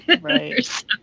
Right